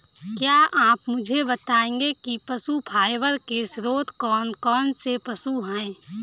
क्या आप मुझे बताएंगे कि पशु फाइबर के स्रोत कौन कौन से पशु हैं?